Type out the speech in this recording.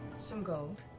some gold?